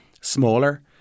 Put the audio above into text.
smaller